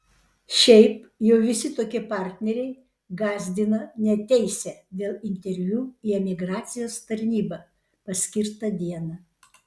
šiaip jau visi tokie partneriai gąsdina neateisią dėl interviu į emigracijos tarnybą paskirtą dieną